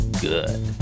good